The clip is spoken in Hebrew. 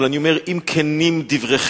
אבל אני אומר, אם כנים דבריכם,